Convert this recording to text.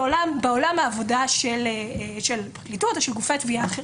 בעולם העבודה של הפרקליטות ושל גופי התביעה האחרים.